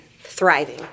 thriving